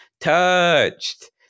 Touched